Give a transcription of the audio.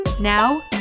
Now